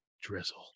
drizzle